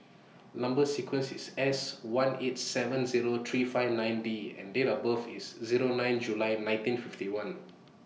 Number sequence IS S one eight seven Zero three five nine D and Date of birth IS Zero nine July nineteen fifty one